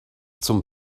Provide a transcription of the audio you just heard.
zum